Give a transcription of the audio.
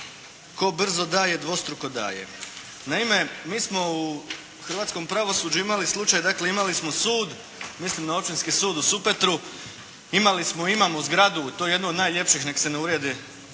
"Tko brzo daje dvostruko daje.". Naime, mi smo u hrvatskom pravosuđu imali slučaj, dakle imali smo sud, mislim na Općinski sud u Supetru. Imali smo i imamo zgradu i to jednu od najljepših, neka se ne uvrede